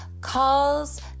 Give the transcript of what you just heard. calls